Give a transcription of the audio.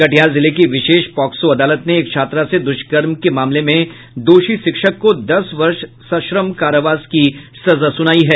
कटिहार जिले की विशेष पॉक्सो अदालत ने एक छात्रा से दुष्कर्म के मामले में दोषी शिक्षक को दस वर्ष सश्रम कारावास की सजा सुनायी है